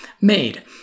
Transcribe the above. made